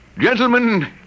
Gentlemen